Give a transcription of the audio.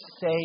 say